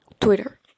Twitter